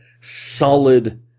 solid